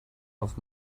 auf